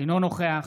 אינו נוכח